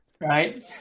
Right